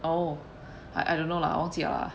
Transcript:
oh I I don't know lah 忘记了啦